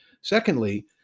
Secondly